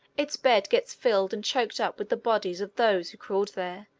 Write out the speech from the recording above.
its bed gets filled and choked up with the bodies of those who crawled there,